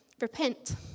repent